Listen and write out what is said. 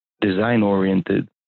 design-oriented